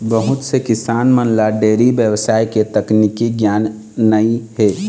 बहुत से किसान मन ल डेयरी बेवसाय के तकनीकी गियान नइ हे